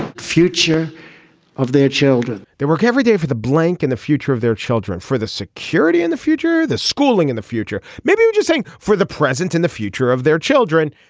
future of their children they work every day for the blank and the future of their children for the security and the future the schooling in the future. maybe i'm just saying for the present and the future of their children.